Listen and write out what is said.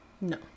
No